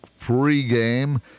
pregame